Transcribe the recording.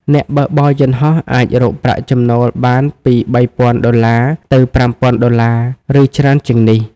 អ្នកបើកបរយន្តហោះអាចរកប្រាក់ចំណូលបានពី ៣,០០០ ដុល្លារ ទៅ ៥,០០០ ដុល្លារ ឬច្រើនជាងនេះ។